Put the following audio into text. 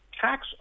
Tax